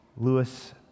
Lewis